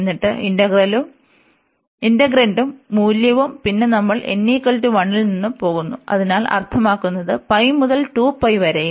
എന്നിട്ട് ഇന്റഗ്രന്റും മൂല്യവും പിന്നെ നമ്മൾ n 1 ൽ നിന്ന് പോകുന്നു അതിനാൽ അർത്ഥമാക്കുന്നത് π മുതൽ വരെയും